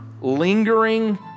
lingering